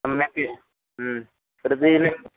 सम्यक् प्रतिदिनं